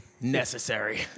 Necessary